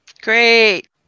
Great